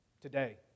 today